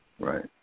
Right